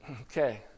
Okay